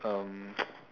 um